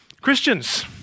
Christians